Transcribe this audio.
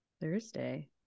Thursday